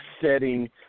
setting